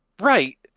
Right